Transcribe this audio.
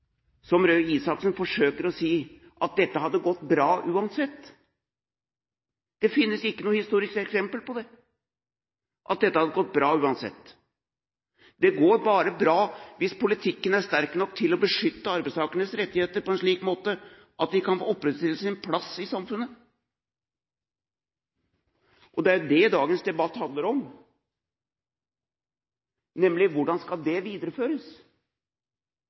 at dette hadde gått bra, uansett. Det finnes ikke noe historisk eksempel på at dette hadde gått bra, uansett. Det går bare bra hvis politikken er sterk nok til å beskytte arbeidstakernes rettigheter på en slik måte at de kan opprettholde sin plass i samfunnet. Det er nemlig det dagens debatt handler om: Hvordan skal dette videreføres?